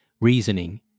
reasoning